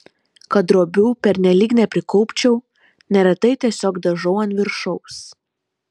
kad drobių pernelyg neprikaupčiau neretai tiesiog dažau ant viršaus